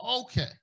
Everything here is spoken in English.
okay